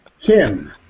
Kim